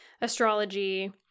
astrology